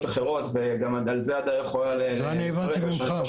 אחרות וגם על זה --- זה אני הבנתי ממך,